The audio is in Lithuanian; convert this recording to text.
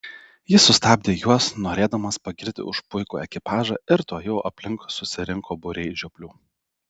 jis sustabdė juos norėdamas pagirti už puikų ekipažą ir tuojau aplink susirinko būriai žioplių